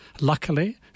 Luckily